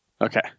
Okay